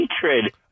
hatred